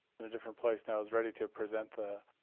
and a different place now, is ready to present the